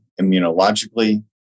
immunologically